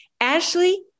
Ashley